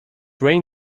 rain